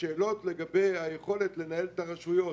מהשאלות לגבי היכולת לנהל את הרשויות